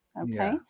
okay